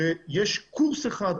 יש קורס אחד,